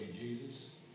Jesus